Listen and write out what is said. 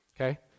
Okay